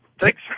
Thanks